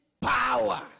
power